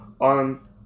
on